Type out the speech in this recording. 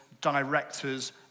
directors